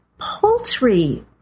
Poultry